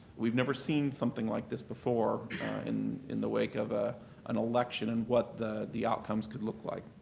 we've never seen something like this before in in the wake of ah an election and what the the outcomes could look like.